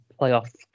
playoff